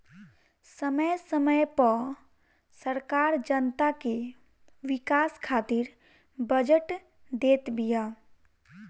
समय समय पअ सरकार जनता के विकास खातिर बजट देत बिया